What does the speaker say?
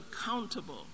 accountable